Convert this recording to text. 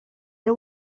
era